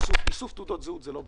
איסוף תעודות זהות זה לא בריאות.